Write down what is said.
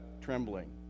trembling